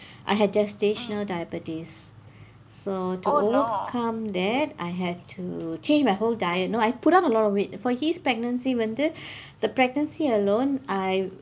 I had gestational diabetes so to overcome that I had to change my whole diet no I put on a lot of weight for his pregnancy வந்து:vandthu the pregnancy alone I